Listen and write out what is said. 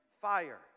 fire